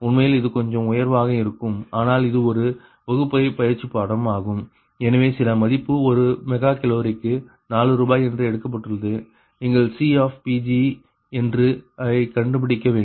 உண்மையில் இது கொஞ்சம் உயர்வாக இருக்கும் ஆனால் இது ஒரு வகுப்பறை பயிற்சிப்பாடம் ஆகும் எனவே சில மதிப்பு ஒரு மெகா கிலோ கலோரிக்கு 4 ரூபாய் என்று எடுக்கப்பட்டுள்ளது நீங்கள் C ஐ கண்டுபிடிக்க வேண்டும்